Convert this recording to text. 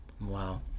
Wow